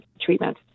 treatment